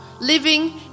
living